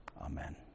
Amen